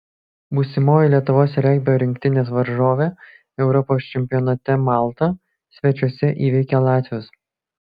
būsimoji lietuvos regbio rinktinės varžovė europos čempionate malta svečiuose įveikė latvius